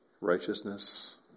righteousness